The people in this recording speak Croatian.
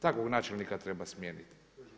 Takvog načelnika treba smijeniti.